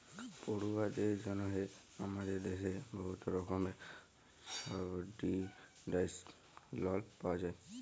পড়ুয়াদের জ্যনহে আমাদের দ্যাশে বহুত রকমের সাবসিডাইস্ড লল পাউয়া যায়